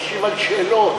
להשיב על שאלות,